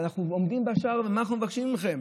אנחנו עומדים בשער, ומה אנחנו מבקשים מכם?